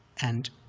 and